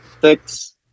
six